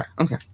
okay